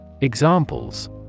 Examples